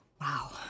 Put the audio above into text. Wow